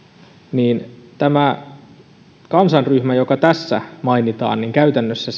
niin tämä kansanryhmä joka tässä mainitaan käytännössä